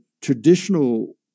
traditional